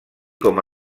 com